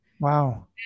Wow